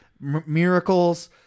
miracles